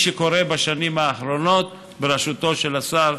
שקורה בשנים האחרונות בראשותו של השר